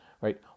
right